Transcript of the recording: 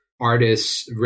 artists